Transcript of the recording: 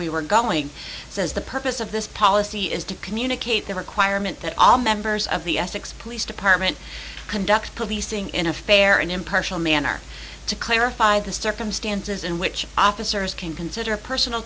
we were going says the purpose of this policy is to communicate the requirement that all members of the essex police department conduct policing in a fair and impartial manner to clarify the circumstances in which officers can consider personal